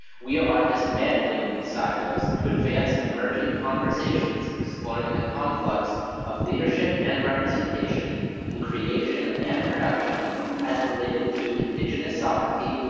we are dismantling these silos to advance emerging conversations, exploring the conflux of leadership and representation in creation and production as relate to indigenous sovereignty,